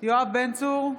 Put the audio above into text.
יואב בן צור,